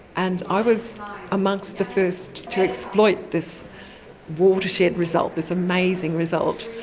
and i was amongst the first to exploit this watershed result, this amazing result.